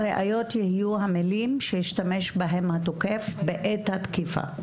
הראיות יהיו המילים שהשתמש בהן התוקף בעת התקיפה.